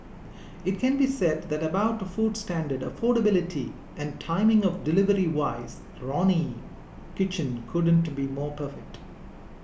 it can be said that about food standard affordability and timing of delivery wise Ronnie Kitchen couldn't be more perfect